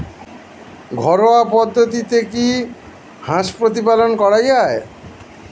ঘরোয়া পদ্ধতিতে কি হাঁস প্রতিপালন করা যায়?